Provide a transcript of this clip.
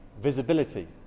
visibility